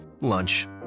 lunch